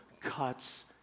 cuts